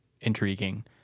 intriguing